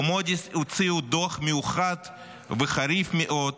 במודי'ס הוציאו דוח מיוחד וחריף מאוד,